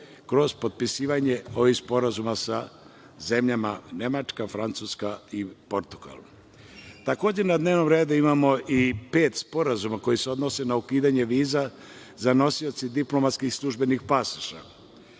kroz potpisivanje ovih sporazuma sa zemljama: Nemačka, Francuska i Portugal. Takođe, na dnevnom redu imamo i pet sporazuma koji se odnose na ukidanje viza za nosioce diplomatskih i službenih pasoša,